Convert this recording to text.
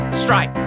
strike